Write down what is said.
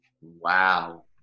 Wow